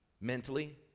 mentally